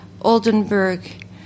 Oldenburg